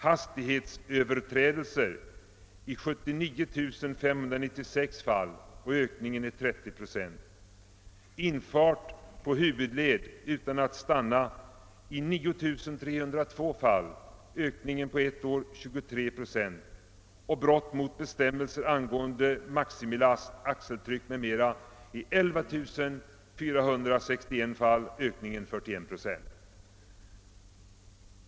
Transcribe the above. Hastighetsöverträdelser har förekommit i 79596 fall — en ökning med 30 procent, infart på huvudled utan att stanna i 9 302 fall — en ökning på ett år med 23 procent. Brott mot bestämmelser angående <maximilast, axeltryck m.m. har uppdagats i 11 461 fall — en ökning med 41 procent.